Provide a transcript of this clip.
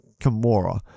Kimura